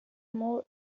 more